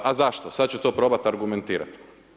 A zašto, sad ću to probat argumentira.